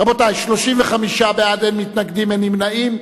רבותי, 35 בעד, אין מתנגדים, אין נמנעים.